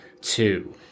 two